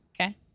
Okay